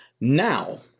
Now